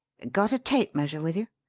got a tape measure with you?